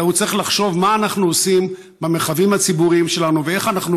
אלא הוא צריך לחשוב מה אנחנו עושים במרחבים הציבוריים שלנו ואיך אנחנו